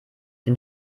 den